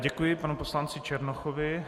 Děkuji panu poslanci Černochovi.